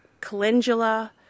calendula